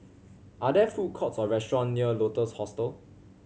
are there food courts or restaurants near Lotus Hostel